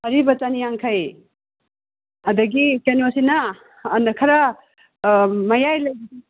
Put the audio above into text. ꯑꯔꯤꯕ ꯆꯅꯤ ꯌꯥꯡꯈꯩ ꯑꯗꯒꯤ ꯀꯩꯅꯣꯁꯤꯅ ꯈꯔ ꯃꯌꯥꯏ ꯂꯩꯔꯤꯁꯤꯅ